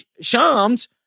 Shams